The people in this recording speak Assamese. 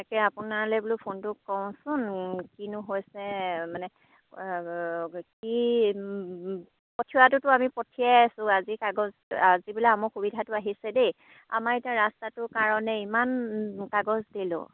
তাকে আপোনালৈ বোলো ফোনটো কৰোচোন কিনো হৈছে মানে কি পঠিওৱাটোতো আমি পঠিয়াই আছোঁ আজি কাগজ আজি বোলে আমুক সুবিধাটো আহিছে দেই আমাৰ এতিয়া ৰাস্তাটোৰ কাৰণে ইমান কাগজ দিলোঁ